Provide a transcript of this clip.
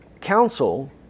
council